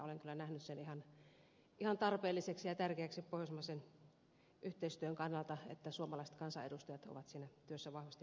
olen kyllä nähnyt sen ihan tarpeelliseksi ja tärkeäksi pohjoismaisen yhteistyön kannalta että suomalaiset kansanedustajat ovat siinä työssä vahvasti mukana